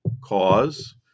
cause